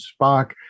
Spock